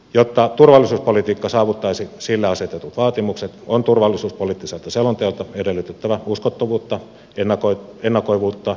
jotta turvallisuuspolitiikka saavuttaisi sille asetetut vaatimukset on turvallisuuspoliittiselta selonteolta edellytettävä uskottavuutta ennakoivuutta ja kokonaisvaltaisuutta